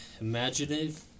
imaginative